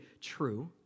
true